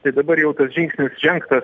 tai dabar jau tas žingsnis žengtas